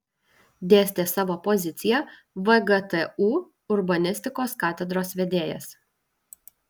dėstė savo poziciją vgtu urbanistikos katedros vedėjas